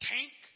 Tank